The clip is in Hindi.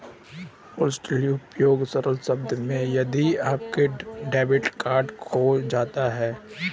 हॉटलिस्टिंग उपयोग सरल शब्दों में यदि आपका डेबिट कार्ड खो जाता है